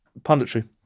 punditry